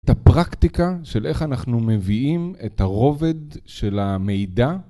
את הפרקטיקה של איך אנחנו מביאים את הרובד של המידע.